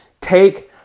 Take